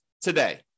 today